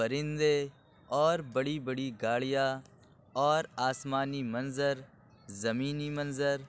پرندے اور بڑی بڑی گاڑیاں اور آسمانی منظر زمینی منظر